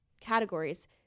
categories